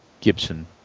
Gibson